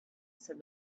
said